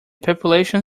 population